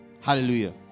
Hallelujah